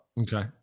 okay